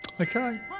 Okay